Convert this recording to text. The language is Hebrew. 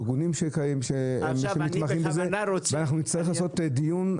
יש ארגונים שמתמחים בזה ואנחנו נצטרך לערוך דיון.